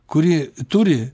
kuri turi